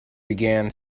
began